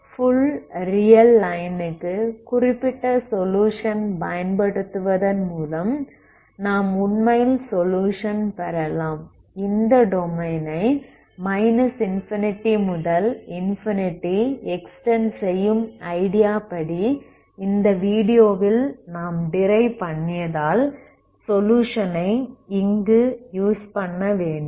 full real line க்கு குறிப்பிட்ட solution பயன்படுத்துவதன் மூலம் நாம் உண்மையில் சொலுயுஷன் பெறலாம் இந்த டொமைனை மைனஸ் இன்ஃபினிட்டி முதல் இன்ஃபினிட்டி எக்ஸ்டெண்ட் செய்யும் ஐடியா படி இந்த வீடியோவில் நாம் டிரைவ் பண்ணியால் சொலுயுஷன் ஐ இங்கு யூஸ் பண்ண வேண்டும்